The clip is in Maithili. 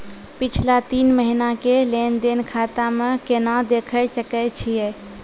पिछला तीन महिना के लेंन देंन खाता मे केना देखे सकय छियै?